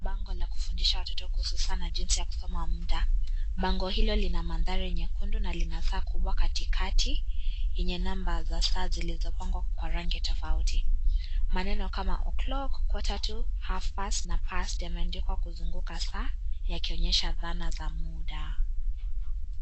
Bango la kufundisha watoto kuhusu sana jinsi ya kusoma muda. Bango hilo lina maandhari nyekundu na lina saa kubwa Kati kati yenye namba ya saa zilizopangwa kwa rangi tofauti. Maneno kama o'clock , kwa tatu, half past na past yameandikwa kuzunguka saa yakionyesha Pana za muda.